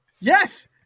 Yes